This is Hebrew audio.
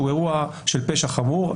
שהוא אירוע של פשע חמור,